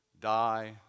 die